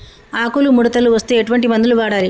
ఆకులు ముడతలు వస్తే ఎటువంటి మందులు వాడాలి?